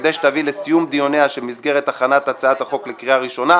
כדי שתביא לסיום דיוניה של מסגרת הכנת הצעת החוק לקריאה ראשונה.